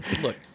look